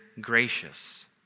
gracious